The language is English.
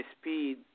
speed